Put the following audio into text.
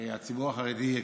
הרי הציבור החרדי,